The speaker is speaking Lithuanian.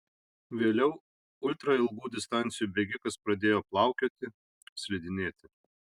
vėliau ultra ilgų distancijų bėgikas pradėjo plaukioti slidinėti